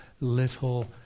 little